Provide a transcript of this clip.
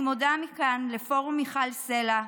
אני מודה מכאן לפורום מיכל סלה,